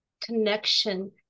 connection